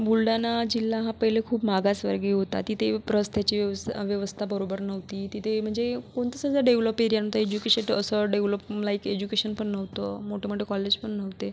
बुलढाणा जिल्हा हा पहिले खूप मागासवर्गीय होता तिथे उपरस्त्याची व्यवस् व्यवस्था बरोबर नव्हती तिथे म्हणजे कोणतंच असा डेवलप एरिया होता एज्युकेशंट असं डेवलप लाईक एज्युकेशन पण नव्हतं मोठे मोठे कॉलेज पण नव्हते